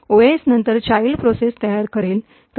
OS नंतर child process तयार करेल